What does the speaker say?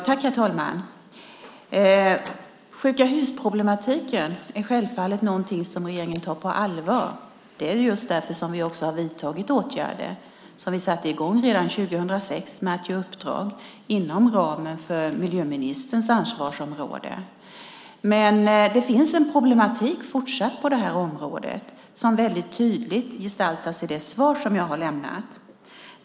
Herr talman! Sjukahusproblematiken är självfallet någonting som regeringen tar på allvar. Det är just därför som vi har vidtagit åtgärder. Vi satte i gång dem redan 2006 genom att ge uppdrag inom ramen för miljöministerns ansvarsområde. Men det finns fortsatt en problematik på detta område som väldigt tydligt gestaltas i det svar som jag har lämnat.